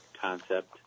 concept